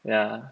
yeah